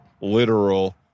literal